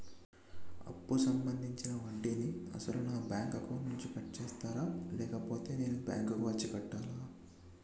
అప్పు సంబంధించిన వడ్డీని అసలు నా బ్యాంక్ అకౌంట్ నుంచి కట్ చేస్తారా లేకపోతే నేను బ్యాంకు వచ్చి కట్టాలా?